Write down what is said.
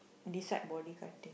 beside body cutting